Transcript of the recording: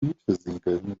gütesiegeln